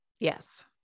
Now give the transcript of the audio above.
Yes